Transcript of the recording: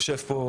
יושב פה,